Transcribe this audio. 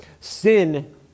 sin